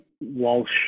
Walsh